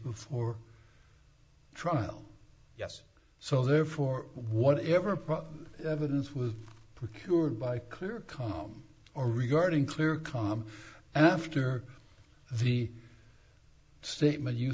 before trial yes so therefore whatever evidence was procured by clear calm or regarding clear calm after the statement you